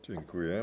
Dziękuję.